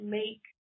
make